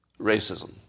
racism